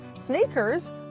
sneakers